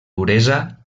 duresa